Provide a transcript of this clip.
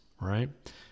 right